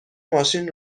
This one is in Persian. ماشین